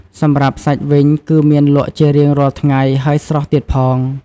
សម្រាបសាច់វិញគឺមានលក់ជារៀងរាល់ថ្ងៃហើយស្រស់ទៀតផង។